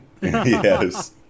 Yes